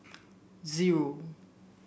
zero